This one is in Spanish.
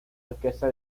orquesta